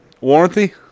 Warranty